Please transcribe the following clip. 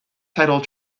title